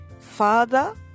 Father